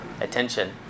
Attention